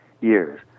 years